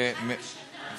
אחד בשנה.